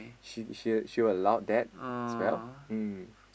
she she she will allow that as well